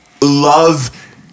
love